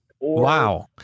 Wow